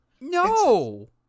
No